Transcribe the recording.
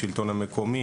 השלטון המקומי,